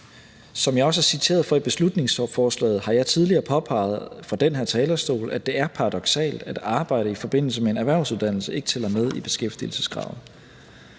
Som jeg også er citeret for i beslutningsforslaget, har jeg tidligere påpeget fra den her talerstol, at det er paradoksalt, at arbejde i forbindelse med en erhvervsuddannelse ikke tæller med i beskæftigelseskravet.